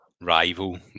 rival